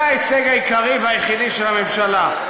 זה ההישג העיקרי והיחידי של הממשלה.